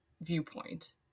viewpoint